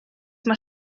mae